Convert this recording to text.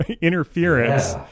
interference